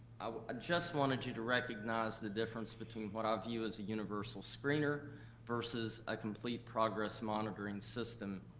just wanted you to recognize the difference between what i view as the universal screener versus a complete progress monitoring system,